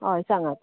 हय सांगात